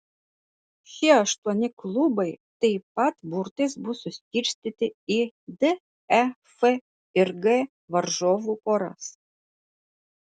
šie aštuoni klubai taip pat burtais bus suskirstyti į d e f ir g varžovų poras